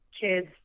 kids